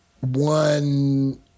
one